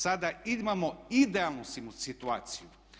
Sada imamo idealnu situaciju.